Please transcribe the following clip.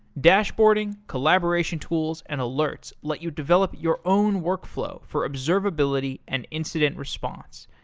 dashboarding, collaboration tools, and alerts let you develop your own workflow for observability and incident response.